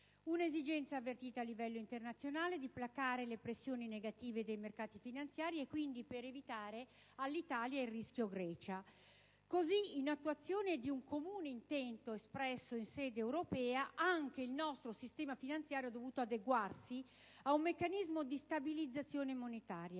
dall'esigenza, avvertita a livello internazionale, di placare le pressioni negative dei mercati finanziari e quindi per evitare all'Italia il rischio Grecia. Così, in attuazione di un comune intento espresso in sede europea, anche il nostro sistema finanziario ha dovuto adeguarsi ad un meccanismo di stabilizzazione monetaria.